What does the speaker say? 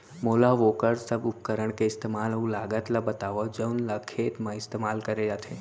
मोला वोकर सब उपकरण के इस्तेमाल अऊ लागत ल बतावव जउन ल खेत म इस्तेमाल करे जाथे?